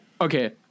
Okay